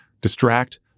distract